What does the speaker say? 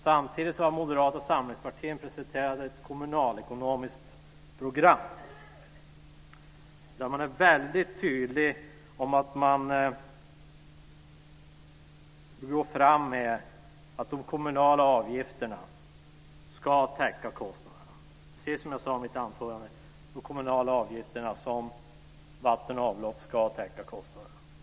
Samtidigt har Moderata samlingspartiet presenterat ett kommunalekonomiskt program där man är väldigt tydlig med att de kommunala avgifterna ska täcka kostnaderna. De kommunala avgifterna för vatten och avlopp ska täcka kostnaderna.